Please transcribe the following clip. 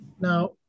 Now